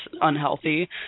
unhealthy